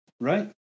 right